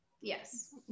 Yes